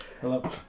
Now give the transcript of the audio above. Hello